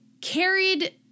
carried